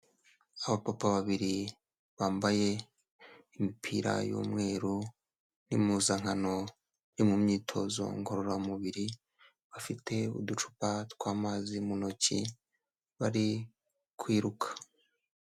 Abapapa babiri bambaye imipira y'umweru n'impuzankano yo mu myitozo ngororamubiri, bafite uducupa tw'amazi mu ntoki bari kwiruka.